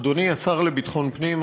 אדוני השר לביטחון פנים,